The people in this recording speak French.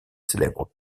célèbres